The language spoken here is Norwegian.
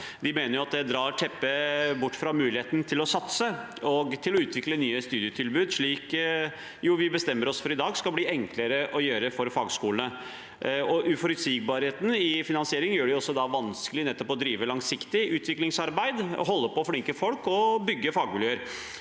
De mener at det drar teppet bort fra muligheten til å satse og utvikle nye studietilbud, noe vi i dag bestemmer oss for at skal bli enklere å gjøre for fagskolene. Uforutsigbarheten i finansieringen gjør det også vanskelig nettopp å drive langsiktig utviklingsarbeid, holde på flinke folk og bygge fagmiljøer.